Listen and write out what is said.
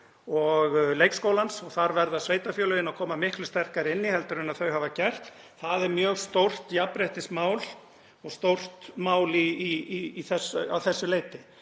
og leikskóla og þar verða sveitarfélögin að koma miklu sterkar inn í heldur en þau hafa gert. Það er mjög stórt jafnréttismál og stórt mál að þessu leyti.